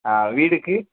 ஆ வீடுக்கு